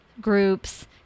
groups